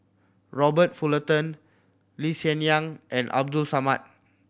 Robert Fullerton Lee Hsien Yang and Abdul Samad